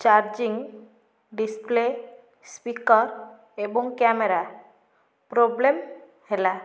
charging display speaker ଏବଂ camera problem ହେଲା